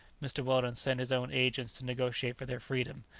mr. weldon set his own agents to negotiate for their freedom,